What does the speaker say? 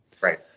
Right